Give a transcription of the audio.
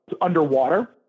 underwater